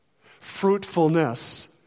Fruitfulness